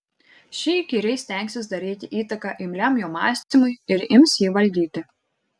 ši įkyriai stengsis daryti įtaką imliam jo mąstymui ir ims jį valdyti